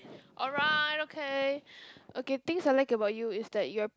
alright okay okay things I like about you is that you're